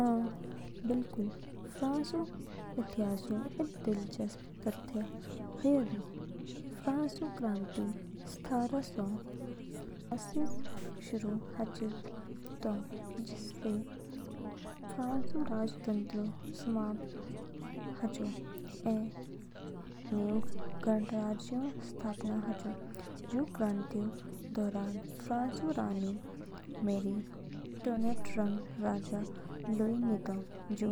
अ, बिल्कुल। फ़्रान्सऊ इतिहासऊ इद दिलचस्प तथ्य हयू दू। फ़्रान्सऊ क्रांति सत्रह सौ नवासीइस शुरू हाचि तो, जिसने फ़्रान्सऊ राजतंत्र समाप्त हाचो ऐ इद न्यूग गणराज्यऊ स्थापना हाचो। जू क्रांतिऊ दौरान, फ़्रान्सऊ रानी मैरी एंटोनेट रंग राजा लुई नितो। जू